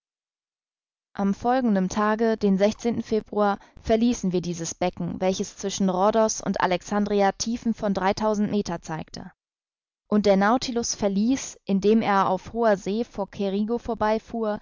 am folgenden tage den februar verließen wir dieses becken welches zwischen rhodos und alexandria tiefen von dreitausend meter zeigte und der nautilus verließ indem er auf hoher see vor cerigo vorbeifuhr